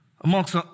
amongst